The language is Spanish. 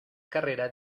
carrera